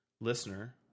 listener